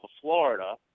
Florida